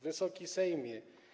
Wysoki Sejmie!